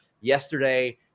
Yesterday